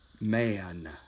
Man